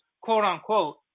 quote-unquote